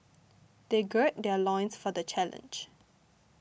they gird their loins for the challenge